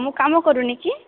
ମୁଁ କାମ କରୁନି କି